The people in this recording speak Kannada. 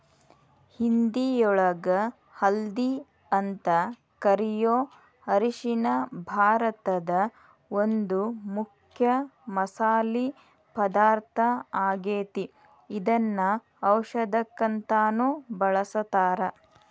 ಹಿಂದಿಯೊಳಗ ಹಲ್ದಿ ಅಂತ ಕರಿಯೋ ಅರಿಶಿನ ಭಾರತದ ಒಂದು ಮುಖ್ಯ ಮಸಾಲಿ ಪದಾರ್ಥ ಆಗೇತಿ, ಇದನ್ನ ಔಷದಕ್ಕಂತಾನು ಬಳಸ್ತಾರ